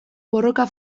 borroka